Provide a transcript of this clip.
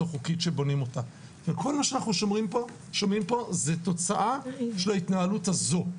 אנחנו שומעים פה על מחסור,